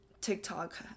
TikTok